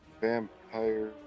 vampire